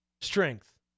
strength